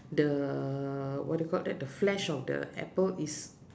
the what do you call that the flesh of the apple is